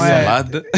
Salada